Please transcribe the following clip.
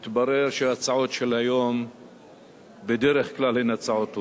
מתברר שההצעות של היום בדרך כלל הן הצעות טובות.